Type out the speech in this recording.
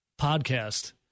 podcast